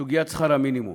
סוגיית שכר המינימום.